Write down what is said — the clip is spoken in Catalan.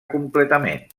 completament